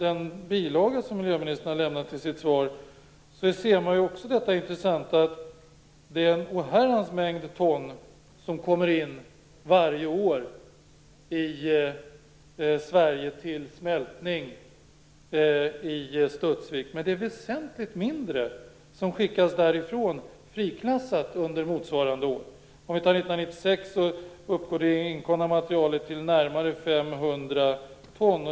I bilagan till miljöministerns svar ser man det intressanta att det är en oherrans mängd ton som tas in varje år till Sverige till smältning i Studsvik. Men det är väsentligt mindre som skickas därifrån friklassat under motsvarande år. Under 1996 uppgår det inkomna materialet till närmare 500 ton.